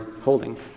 holding